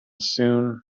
soon